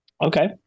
Okay